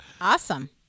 Awesome